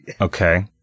Okay